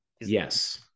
Yes